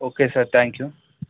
okay sir thank you